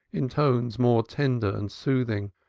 in tones more tender and soothing,